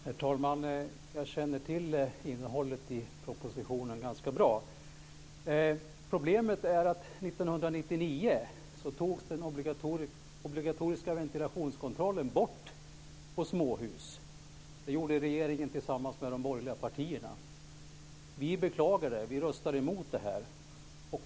Herr talman! Jag känner ganska bra till innehållet i propositionen. Problemet är att den obligatoriska ventilationskontrollen för småhus togs bort 1999. Detta gjordes av regeringen tillsammans med de borgerliga partierna. Vi beklagade detta och röstade emot det.